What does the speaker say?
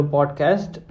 Podcast